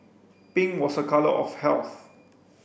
pink was a colour of health